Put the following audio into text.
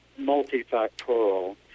multifactorial